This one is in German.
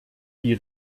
die